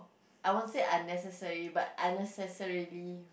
I won't say unnecessary but unnecessarily